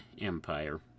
Empire